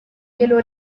glielo